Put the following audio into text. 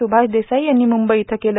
सुभाष देसाई यांनी मुंबई इथं केलं